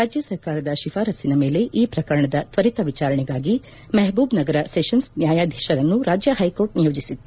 ರಾಜ್ಯ ಸರ್ಕಾರದ ಶಿಫಾರಸ್ಲಿನ ಮೇಲೆ ಈ ಪ್ರಕರಣದ ತ್ವರಿತ ವಿಚಾರಣೆಗಾಗಿ ಮೆಹಬೂಬ್ ನಗರ ಸೆಷನ್ಸ್ ನ್ಹಾಯಾಧೀಶರನ್ನು ರಾಜ್ಲ ಹೈಕೋರ್ಟ್ ನಿಯೋಜಿಸಿತ್ತು